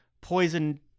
poison